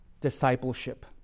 discipleship